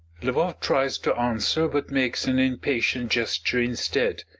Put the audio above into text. lvoff tries to answer, but makes an impatient gesture instead,